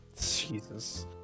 jesus